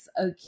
okay